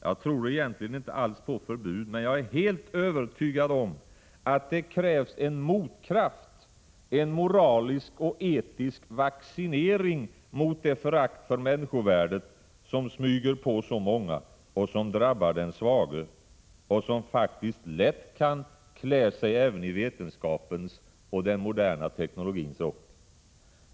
Jag tror egentligen inte alls på förbud, men jag är helt övertygad om att det krävs en motkraft, en moralisk och etisk vaccinering mot det förakt för människovärdet som smyger på så många och som drabbar den svage, och som faktiskt lätt kan klä sig även i vetenskapens och den moderna teknologins rock.